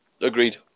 agreed